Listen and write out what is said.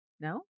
No